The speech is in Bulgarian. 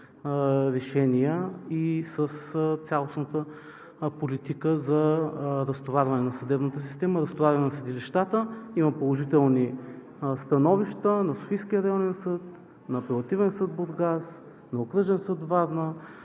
решения и с цялостната политика за разтоварване на съдебната система, разтоварване на съдилищата. Има положителни становища на Софийския районен съд, на Апелативен съд – Бургас, на Окръжен съд – Варна.